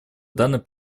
данный